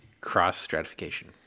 cross-stratification